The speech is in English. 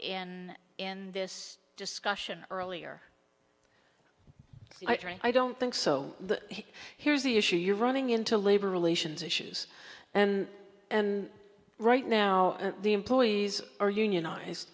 in in this discussion earlier i don't think so here's the issue you're running into labor relations issues and and right now the employees are unionized